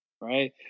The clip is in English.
right